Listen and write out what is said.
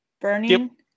burning